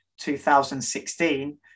2016